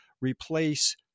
replace